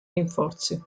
rinforzi